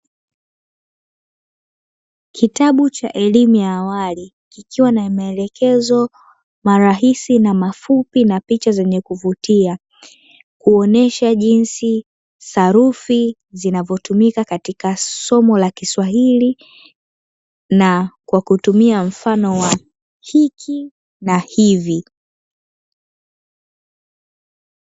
Kitabu cha elimu ya awali ikiwa na maelekezo marahisi na mafupi na picha zenye kuvutia, kuonesha jinsi sarufi zinavyotumika katika somo la kiswahili na kwa kutumia mfano wa hiki na hivi